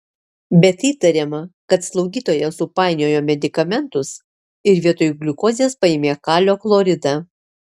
bet įtariama kad slaugytoja supainiojo medikamentus ir vietoj gliukozės paėmė kalio chloridą